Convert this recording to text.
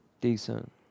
Decent